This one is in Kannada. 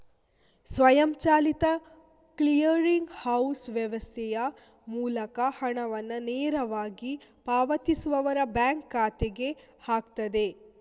ಸ್ವಯಂಚಾಲಿತ ಕ್ಲಿಯರಿಂಗ್ ಹೌಸ್ ವ್ಯವಸ್ಥೆಯ ಮೂಲಕ ಹಣವನ್ನ ನೇರವಾಗಿ ಪಾವತಿಸುವವರ ಬ್ಯಾಂಕ್ ಖಾತೆಗೆ ಹಾಕ್ತದೆ